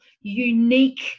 unique